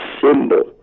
symbol